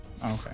Okay